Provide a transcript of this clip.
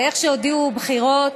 ואיך שהודיעו: בחירות,